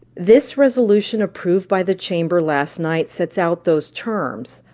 this resolution approved by the chamber last night sets out those terms.